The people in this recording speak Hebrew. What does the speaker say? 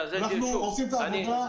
אנחנו עושים את העבודה,